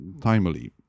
Timely